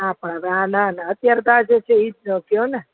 હા પણ હવે ના ના અત્યારે તો આજ છે એ કહોને